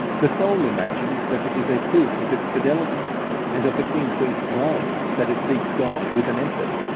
the soul imagines that it is a proof of its fidelity and of its increased love that it seeks god with an effort,